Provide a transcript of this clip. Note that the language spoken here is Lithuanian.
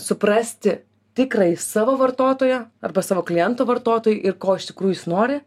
suprasti tikrąjį savo vartotoją arba savo kliento vartotoją ir ko iš tikrųjų jis nori